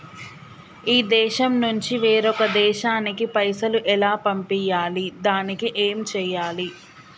ఈ దేశం నుంచి వేరొక దేశానికి పైసలు ఎలా పంపియ్యాలి? దానికి ఏం చేయాలి?